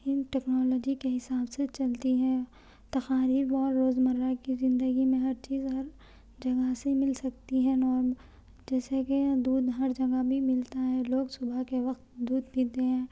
ان technology کے حساب سے ہی چلتی ہے تقاریب اور روزمرہ کی زندگی میں ہر چیز ہر جگہ سے مل سکتی ہے جیسے کہ دودھ ہر جگہ بھی ملتا ہے لوگ صبح کے وقت دودھ پیتے ہیں